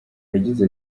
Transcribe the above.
yagize